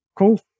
cool